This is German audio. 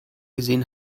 gesehen